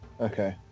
Okay